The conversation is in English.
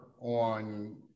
on